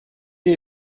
est